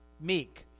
Meek